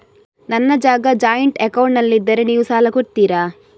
ನನ್ನ ಜಾಗ ಜಾಯಿಂಟ್ ಅಕೌಂಟ್ನಲ್ಲಿದ್ದರೆ ನೀವು ಸಾಲ ಕೊಡ್ತೀರಾ?